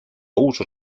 uso